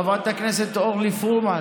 חברת הכנסת אורלי פרומן,